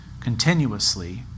continuously